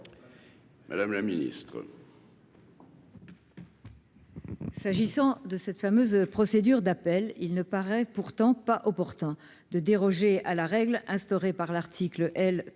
Madame la Ministre.